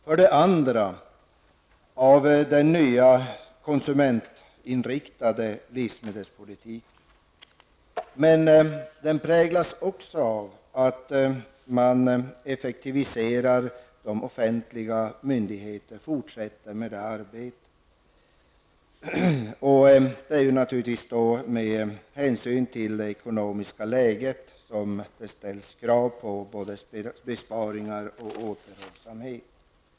För det andra präglas propositionen av den nya konsumentinriktade livsmedelspolitiken men också av att arbetet forsätter med att effektivisera de offentliga myndigheterna. Det är naturligtvis med hänsyn till det ekonomiska läget som det ställs krav på besparingar och återhållsamhet.